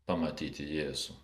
pamatyti jėzų